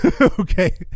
Okay